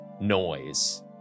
noise